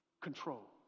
control